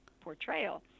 portrayal